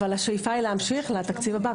השאיפה היא להמשיך לתקציב הבא,